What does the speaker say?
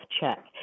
check